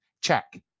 check